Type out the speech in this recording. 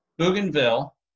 Bougainville